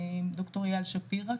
ד"ר אייל שפירא,